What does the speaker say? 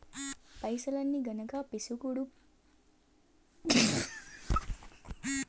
పైసల్ని గనక పిక్సుడు డిపాజిట్లల్ల గానీ, మూచువల్లు ఫండ్లల్ల గానీ మదుపెడితే బాగుండు